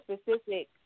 specific